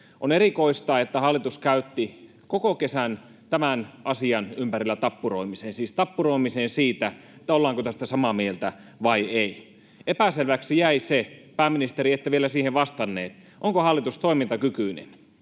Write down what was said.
On erikoista, että hallitus käytti koko kesän tämän asian ympärillä tappuroimiseen, siis tappuroimiseen siitä, ollaanko tästä samaa mieltä vai ei. Epäselväksi jäi — pääministeri, ette vielä siihen vastannut — onko hallitus toimintakykyinen.